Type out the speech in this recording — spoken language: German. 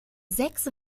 sechs